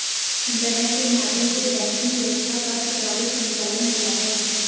internet के माध्यम से बैंकिंग व्यवस्था का सुचारु संचालन होता है